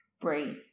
breathe